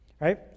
right